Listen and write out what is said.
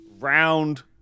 Round